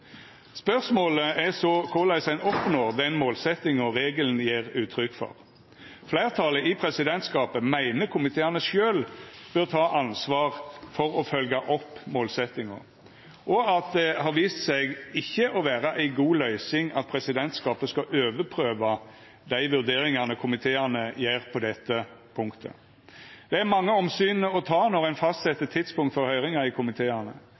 Spørsmålet er så korleis ein oppnår den målsettinga regelen gjev uttrykk for. Fleirtalet i presidentskapet meiner komiteane sjølve bør ta ansvar for å følgja opp målsettinga, og at det har vist seg ikkje å vera ei god løysing at presidentskapet skal overprøva dei vurderingane komiteane gjer på dette punktet. Det er mange omsyn å ta når ein fastset tidspunkt for høyringar i komiteane.